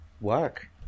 work